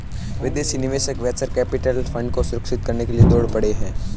विदेशी निवेशक venture capital fund को सुरक्षित करने के लिए दौड़ पड़े हैं